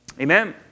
Amen